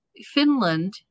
Finland